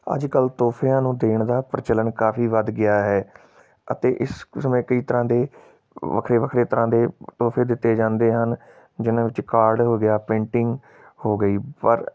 ਅੱਜ ਕੱਲ੍ਹ ਤੋਹਫ਼ਿਆਂ ਨੂੰ ਦੇਣ ਦਾ ਪ੍ਰਚਲਨ ਕਾਫ਼ੀ ਵੱਧ ਗਿਆ ਹੈ ਅਤੇ ਇਸ ਸਮੇਂ ਕਈ ਤਰ੍ਹਾਂ ਦੇ ਵੱਖਰੇ ਵੱਖਰੇ ਤਰ੍ਹਾਂ ਦੇ ਤੋਹਫ਼ੇ ਦਿੱਤੇ ਜਾਂਦੇ ਹਨ ਜਿਹਨਾਂ ਵਿੱਚ ਕਾਰਡ ਹੋ ਗਿਆ ਪੇਂਟਿੰਗ ਹੋ ਗਈ ਪਰ